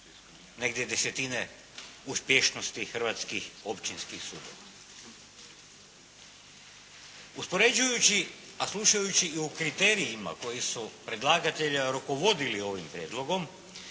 negdje desetine uspješnosti hrvatskih općinskih sudova. Uspoređujući, a slušajući i o kriterijima koji su predlagatelja rukovodili ovim prijedlogom,